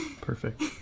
Perfect